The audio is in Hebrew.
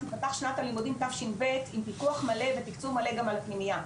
תיפתח שנת הלימודים תש"ב עם פיקוח מלא ותקצוב מלא גם על הפנימייה,